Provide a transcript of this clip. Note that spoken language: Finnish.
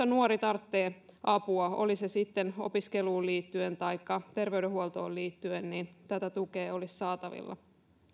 nuori tarvitsee apua oli se sitten opiskeluun liittyen taikka terveydenhuoltoon liittyen mutta niin että tätä tukea olisi saatavilla